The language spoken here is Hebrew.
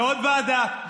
בעוד ועדה,